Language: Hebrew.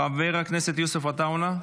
חבר הכנסת יוסף עטאונה,